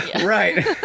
right